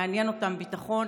מעניין אותם ביטחון.